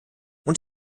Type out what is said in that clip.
und